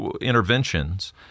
Interventions